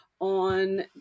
on